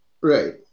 Right